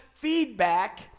feedback